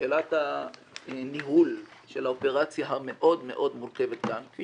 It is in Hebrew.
שאלת הניהול של האופרציה המאוד מאוד מורכבת כאן כפי